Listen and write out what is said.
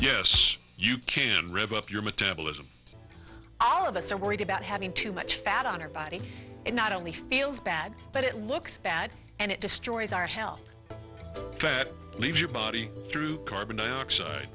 yes you can rebuff your metabolism all of us are worried about having too much fat on our body and not only feels bad but it looks bad and it destroys our health leaves your body through carbon dioxide